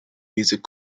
music